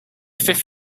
fifth